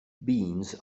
beans